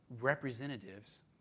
representatives